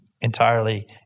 entirely